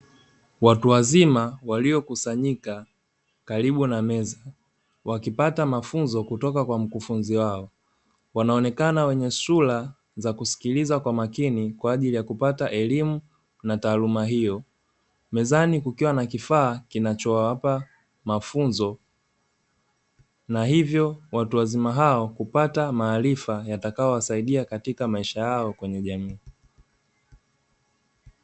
Watu wazima waliokusanyika karibu na meza, wakipata mafunzo kutoka kwa mkufunzi wao, wanaonekana wenye sura za kusikiliza kwa makini kwa ajili ya kupata elimu na taaluma hiyo. Mezani kukiwa na kifaa kinachowapa mafunzo, na hivyo watu wazima hao kupata maarifa, yatakayowasaidia katika maisha yao kwenye jamii.